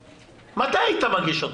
מתי היית מגיש אותן,